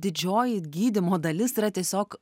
didžioji gydymo dalis yra tiesiog